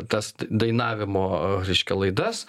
tas t dainavimo reiškia laidas